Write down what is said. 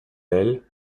ailes